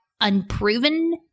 unproven